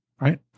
Right